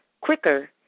quicker